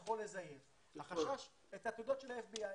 יכול לזייף את התעודות של ה-FBI.